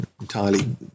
entirely